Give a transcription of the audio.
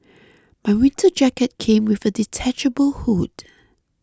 my winter jacket came with a detachable hood